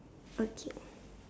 okay